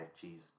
cheese